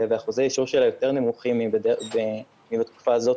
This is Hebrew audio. ואחוזי האישור שלה יותר נמוכים מבתקופה הזאת,